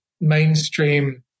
mainstream